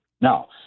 Now